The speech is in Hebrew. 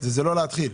זה לא להתחיל.